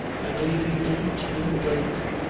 i believe he didn't even blink.